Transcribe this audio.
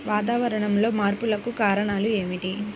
వాతావరణంలో మార్పులకు కారణాలు ఏమిటి?